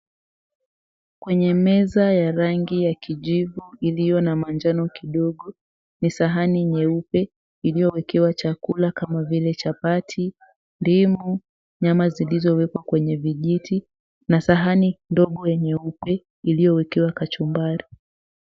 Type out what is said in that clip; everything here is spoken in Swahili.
Kwenye meza ya rangi ya kijivu iliyo na manjano kidogo ni sahani nyeupe iliyowekewa chakula kama vile chapati, ndimu, nyama zilizowekwa kwenye vijiti na sahani ndogo nyeupe iliyowekewa kachumbari.